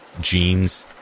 jeans